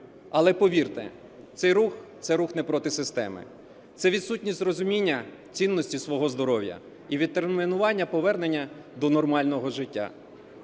Але, повірте, цей рух – це рух не проти системи, це відсутність розуміння цінності свого здоров'я і відтермінування повернення до нормального життя.